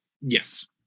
Yes